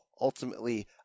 ultimately